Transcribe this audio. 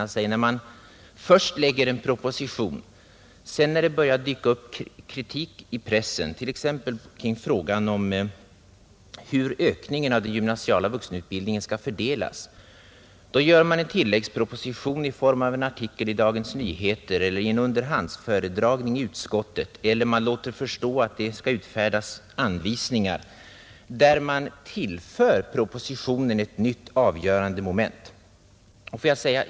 Först lägger man fram en proposition, och sedan, när det börjar dyka upp kritik i pressen, t.ex. kring frågan hur ökningen av den gymnasiala vuxenutbildningen skall fördelas, gör man en tilläggsproposition i form av en artikel i Dagens Nyheter eller en underhandsföredragning i utskottet — eller man låter förstå att det skall utfärdas anvisningar, där man tillför propositionen ett nytt, avgörande moment.